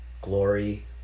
glory